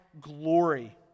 glory